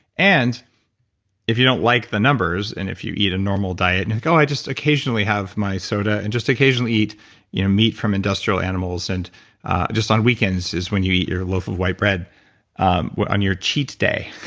and if you don't like the numbers and if you eat a normal diet like, oh, i just occasionally have my soda and just occasionally eat you know meat from industrial animals, and just on weekends is when you eat your loaf of white bread um on your cheat day,